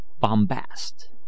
bombast